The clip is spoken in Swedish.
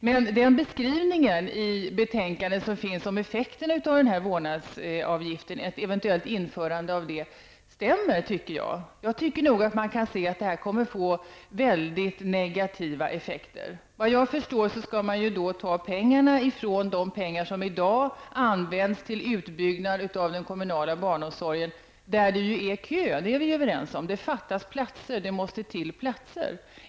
Beskrivningen som finns i betänkandet om effekten av ett eventuellt införande av detta vårdnadsbidrag stämmer dock, tycker jag. Jag kan se att detta kommer att få väldigt negativa effekter. Vad jag förstår vill man ta av de pengar som i dag används till utbyggnad av den kommunala barnomsorgen. Där är det ju kö, det är vi överens om. Det fattas platser och måste till fler.